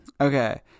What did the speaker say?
Okay